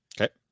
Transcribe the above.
Okay